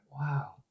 wow